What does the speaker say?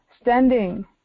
standing